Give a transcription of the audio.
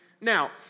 Now